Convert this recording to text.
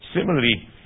Similarly